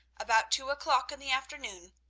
about two o'clock in the afternoon,